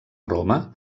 roma